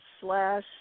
slash